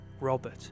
Robert